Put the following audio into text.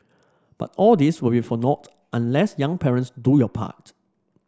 but all this will be for nought unless young parents do your part